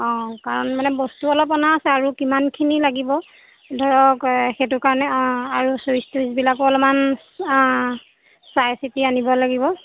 অঁ কাৰণ মানে বস্তু অলপ অনা আছে আৰু কিমানখিনি লাগিব ধৰক সেইটো কাৰণে আৰু চুইছ টুইছবিলাকো অলমান চাই চিতি আনিব লাগিব